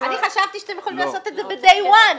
אני חשבתי שאתם יכולים לעשות את זה ב-day one"".